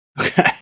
Okay